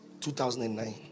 2009